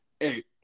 eight